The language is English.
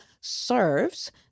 serves